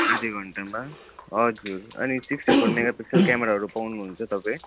आधी घन्टामा हजुर अनि सिक्टी फोर मेगा पिक्सलको क्यामराहरू पाउनुहुन्छ तपाईँ